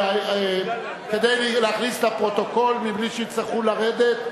כדי שיוכלו להכניס לפרוטוקול בלי שיצטרכו לרדת.